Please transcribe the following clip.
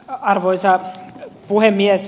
arvoisa puhemies